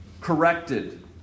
corrected